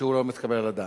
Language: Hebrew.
שאינו מתקבל על הדעת.